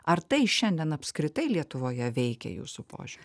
ar tai šiandien apskritai lietuvoje veikia jūsų požiūriu